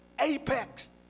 apex